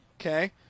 Okay